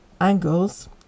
angles